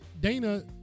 Dana